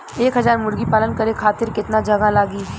एक हज़ार मुर्गी पालन करे खातिर केतना जगह लागी?